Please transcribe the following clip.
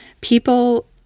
People